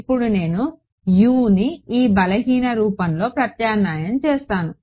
ఇప్పుడు నేను Uని ఈ బలహీన రూపంలో ప్రత్యామ్నాయం చేస్తాను